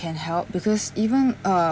can help because even uh